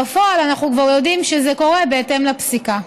בפועל, אנחנו כבר יודעים שזה קורה בהתאם לפסיקה.